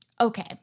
okay